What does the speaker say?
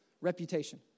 Reputation